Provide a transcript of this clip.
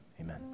amen